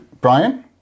Brian